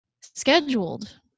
scheduled